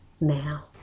Now